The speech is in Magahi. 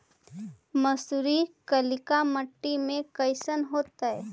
मसुरी कलिका मट्टी में कईसन होतै?